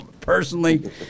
Personally